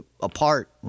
apart